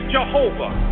Jehovah